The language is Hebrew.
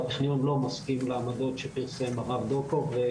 והטכניון לא מסכים לעמדות שפרסם הרב דוקוב,